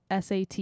SAT